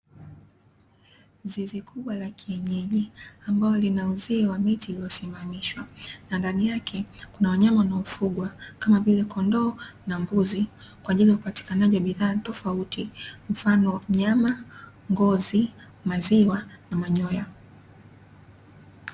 Zizi kubwa la kienyeji ambalo lina uzio wa miti iliyo simamishwa na ndani yake kuna wanyama wanao fugwa kama vile; kondoo na mbuzi kwa ajiri ya upatikanaji wa bidhaa tofauti mfano, nyama, ngozi, maziwa na manyoya.